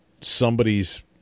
somebody's